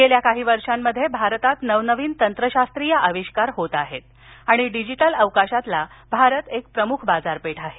गेल्या काही वर्षामध्ये भारतात नवनवीन तंत्रशास्त्रीय आविष्कार होत आहेत आणि डिजिटल अवकाशातील भारत एक प्रम्ख बाजारपेठ आहे